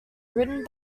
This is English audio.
written